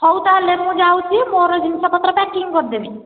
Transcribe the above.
ହଉ ତା'ହେଲେ ମୁଁ ଯାଉଛି ମୋର ଜିନିଷପତ୍ର ପ୍ୟାକିଂ କରିଦେବି